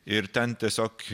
ir ten tiesiog